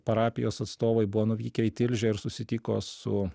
parapijos atstovai buvo nuvykę į tilžę ir susitiko su